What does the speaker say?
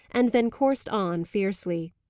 and then coursed on fiercely.